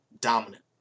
dominant